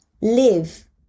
live